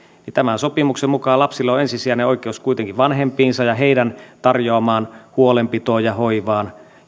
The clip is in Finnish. että tämän sopimuksen mukaan lapsilla on ensisijainen oikeus kuitenkin vanhempiinsa ja heidän tarjoamaansa huolenpitoon ja hoivaan